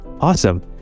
Awesome